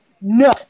no